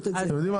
אתם יודעים מה,